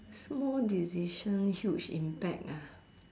small decision huge impact ah